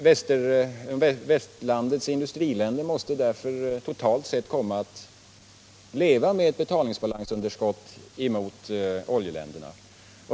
Västerlandets industriländer måste därför totalt sett komma att leva med ett betalningsbalansunderskott mot oljeländerna.